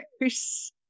yes